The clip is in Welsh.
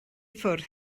ffwrdd